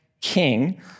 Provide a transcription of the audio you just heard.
king